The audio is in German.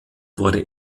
wurde